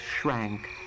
shrank